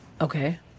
Okay